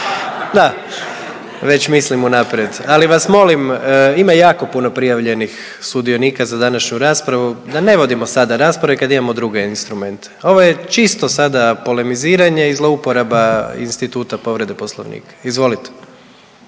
Da, već mislim unaprijed, ali vas molim ima jako puno prijavljenih sudionika za današnju raspravu, da ne vodimo sada rasprave kada imamo druge instrumente. Ovo je čisto sada polemiziranje i zlouporaba instituta povrede poslovnika. Izvolite.